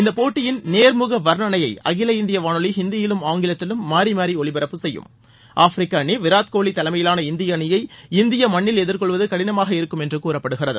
இந்தப்போட்டியின் நேர்முக வர்ணணையை அகில இந்திய வானொலி ஹிந்தியிலும் ஆங்கிலத்திலும் மாறி மாறி ஒலிபரப்புச் செய்யும் ஆப்பிரிக்க அணி விராட் கோலி தலைமையிலாள இந்திய அணியை இந்திய மண்ணில் எதிர்கொள்வது கடினமாக இருக்கும் என்று கூறப்படுகிறது